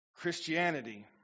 Christianity